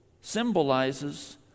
symbolizes